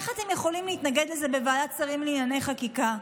איך אתם יכולים להתנגד לזה בוועדת שרים לענייני חקיקה?